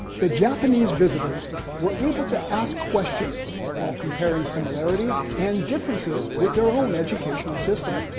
the japanese visitors were able to ask questions while comparing similarities and differences with their own educational system.